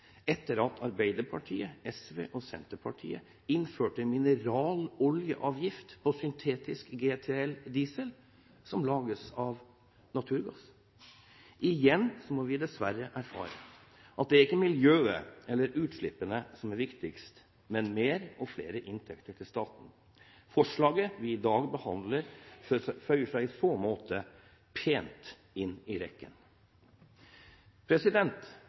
etter at Arbeiderpartiet, SV og Senterpartiet innførte mineraloljeavgift på syntetisk GTL-diesel som lages av naturgass. Igjen må vi dessverre erfare at det ikke er miljøet eller utslippene som er viktigst, men det er mer og flere inntekter til staten. Forslaget vi behandler i dag, føyer seg i så måte pent inn i